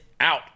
out